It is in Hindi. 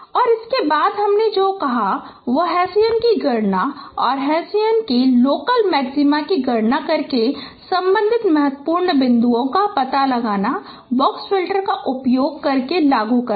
और इसके बाद हमने जो कहा वह हेसियन की गणना है और हेसियन की लोकल मैक्सिमा की गणना करके संबंधित महत्वपूर्ण बिंदुओं का पता लगाना बॉक्स फिल्टर का उपयोग करके लागू करना